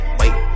wait